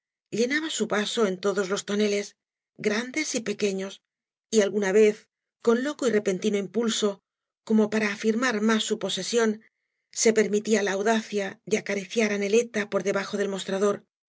llenaba su vaso en todos los toneles grandes y pequeños y alguna vez con loco y repentino impulso como para afirmar más su posesión be permitía la audacia de acariciar á neleta por debajo del mostrador